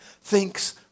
thinks